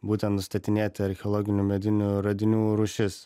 būtent nustatinėti archeologinių medinių radinių rūšis